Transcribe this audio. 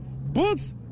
books